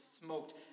smoked